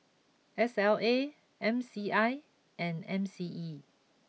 S L A M C I and M C E